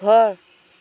ঘৰ